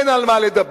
אין על מה לדבר,